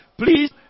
Please